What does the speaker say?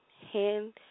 Hand